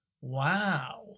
Wow